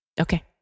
Okay